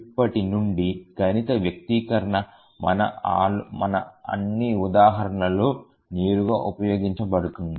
ఇప్పటి నుండి గణిత వ్యక్తీకరణ మన అన్ని ఉదాహరణలలో నేరుగా ఉపయోగించబడుతుంది